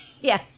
Yes